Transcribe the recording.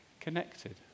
connected